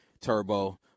Turbo